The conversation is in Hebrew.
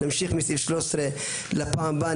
נמשיך מסעיף 13 לפעם הבאה.